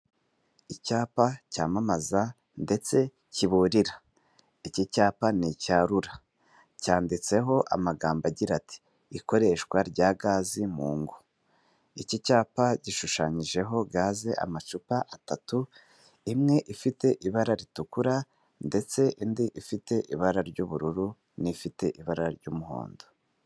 Icyapa cyamamaza ndetse kiburira. Iki cyapa ni icya rura. Cyanditseho amagambo agira ati: "ikoreshwa rya gazi mu ngo." Iki cyapa gishushanyijeho gaze, amacupa atatu, imwe ifite ibara ritukura ndetse indi ifite ibara ry'ubururu n'ifite ibara ry'umuhondo.